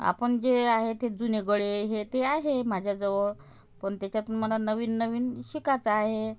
आपण जे आहे ते जुने गळे हे ते आहे माझ्या जवळ पण त्याच्यातून मला नवीन नवीन शिकायचं आहे